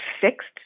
fixed